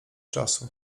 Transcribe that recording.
czasu